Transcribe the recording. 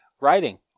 Writing